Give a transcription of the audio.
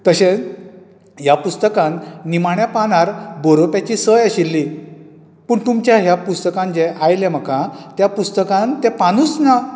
तशेंच ह्या पुस्तकान निमाण्या पानार बरोवप्याची सय आशिल्ली पूण तुमच्या ह्या पुस्तकान जे आयले म्हाका त्या पुस्तकान तें पानूच ना